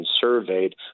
surveyed